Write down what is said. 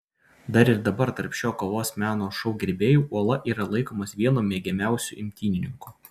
dar ir dabar tarp šio kovos meno šou gerbėjų uola yra laikomas vienu mėgiamiausiu imtynininku